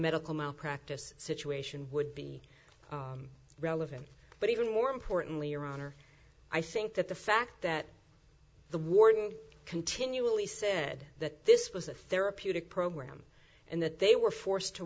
medical malpractise situation would be relevant but even more importantly your honor i think that the fact that the warden continually said that this was a therapeutic program and that they were forced to